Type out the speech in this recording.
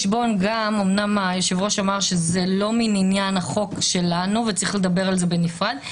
אמנם היושב-ראש אמר שזה לא מעניין החוק שלנו וצריך לדבר על זה בנפרד,